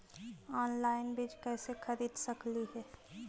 Online बीज कईसे खरीद सकली हे?